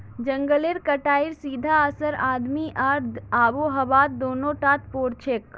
जंगलेर कटाईर सीधा असर आदमी आर आबोहवात दोनों टात पोरछेक